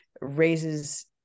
raises